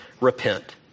Repent